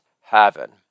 heaven